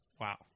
wow